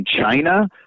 China